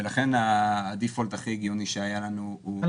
ולכן הדיפולט הכי הגיוני שהיה לנו הוא הקפאה.